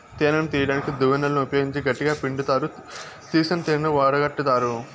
తేనెను తీయడానికి దువ్వెనలను ఉపయోగించి గట్టిగ పిండుతారు, తీసిన తేనెను వడగట్టుతారు